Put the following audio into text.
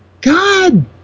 god